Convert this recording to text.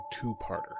two-parter